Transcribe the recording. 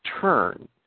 turn